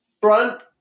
Front